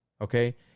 Okay